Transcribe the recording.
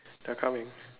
they are coming